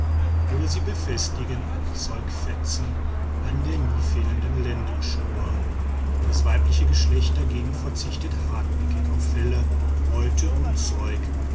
oder sie befestigen einen zeugfetzen an der nie fehlenden lendenschnur das weibliche geschlecht dagegen verzichtet hartnäckig auf felle häute und zeug